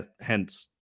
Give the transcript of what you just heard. hence